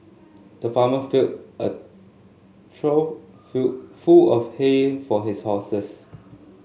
the farmer filled a trough feel full of hay for his horses